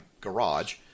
garage